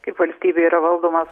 kaip valstybėje yra valdomas